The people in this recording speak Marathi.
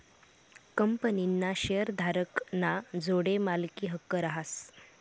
कंपनीना शेअरधारक ना जोडे मालकी हक्क रहास